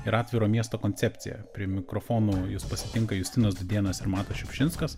ir atviro miesto koncepciją prie mikrofono jus pasitinka justinas dudėnas ir matas šiupšinskas